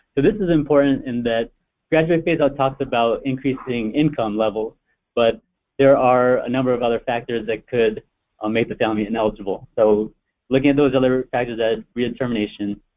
so this is important in that graduated phaseout talks about increasing income levels but there are a number of other factors that could um make the family ineligible. so looking at those other factors at redetermination,